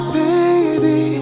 baby